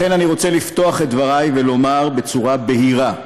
לכן, אני רוצה לפתוח את דברי ולומר בצורה בהירה,